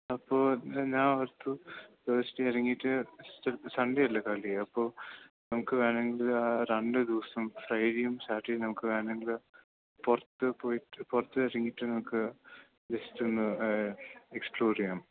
അപ്പോൾ ഞാൻ ഓർത്തു തേസ്ഡേ അല്ലെങ്കിൽ സൺഡേ അല്ലെങ്കിൽ സാലറി നമുക്ക് രണ്ടുദിവസം ഫ്രൈഡേയും സാറ്റർഡേയും നമുക്ക് വേണമെങ്കിൽ പുറത്ത് പോയിട്ട് പുറത്തിറങ്ങിയിട്ട് നമുക്ക് ജസ്റ്റ് ഒന്ന് എക്സ്പ്ലോറ് ചെയ്യാം